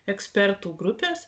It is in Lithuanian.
ekspertų grupės